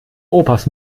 opas